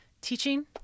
teaching